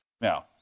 Now